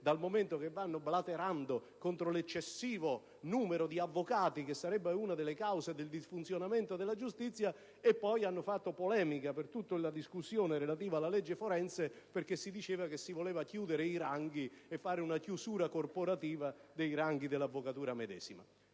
dal momento che vanno blaterando contro l'eccessivo numero di avvocati, che sarebbe una delle cause del malfunzionamento della giustizia, e poi hanno fatto polemica durante tutta la discussione relativa alla legge forense perché si diceva che si volevano chiudere i ranghi e fare una chiusura corporativa dei ranghi dell'avvocatura medesima.